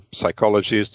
psychologists